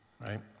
right